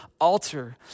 altar